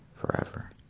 forever